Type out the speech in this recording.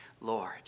Lord